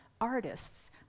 artists